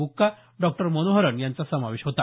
बुक्का डॉक्टर मनोहरन यांचा समावेश होता